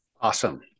Awesome